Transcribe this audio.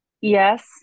Yes